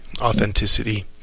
authenticity